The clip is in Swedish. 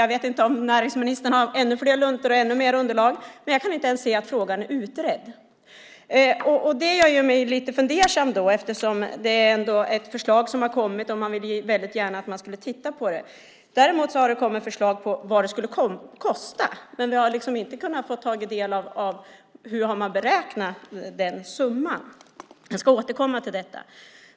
Jag vet inte om näringsministern har ännu fler luntor och ännu mer underlag. Men jag kan inte ens se att frågan är utredd. Det gör mig lite fundersam, eftersom det ändå har kommit ett förslag som markägarna gärna ville att ni skulle titta på. Däremot har det kommit förslag på vad det skulle kosta. Men vi har inte fått ta del av hur man har beräknat den summan. Jag ska återkomma till detta.